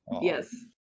yes